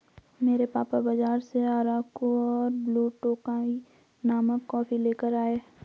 मेरे पापा बाजार से अराकु और ब्लू टोकाई नामक कॉफी लेकर आए